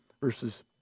verses